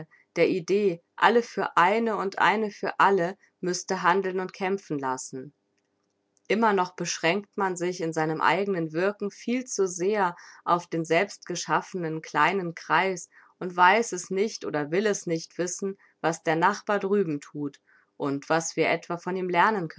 der idee alle für eine und eine für alle müßte handeln und kämpfen lassen immer noch beschränkt man sich in seinem eignen wirken viel zu sehr auf den selbstgeschaffnen kleinen kreis und weiß es nicht oder will es nicht wissen was der nachbar drüben thut und was wir etwa von ihm lernen